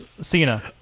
Cena